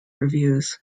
reviews